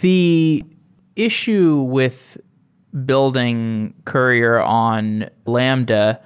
the issue with building courier on lambda